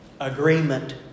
Agreement